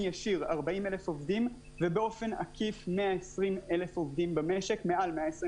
ישיר 40,000 עובדים ובאופן עקיף מעל 120,000 עובדים במשק,